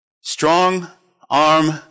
Strong-arm